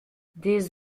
des